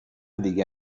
دیگه